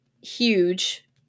huge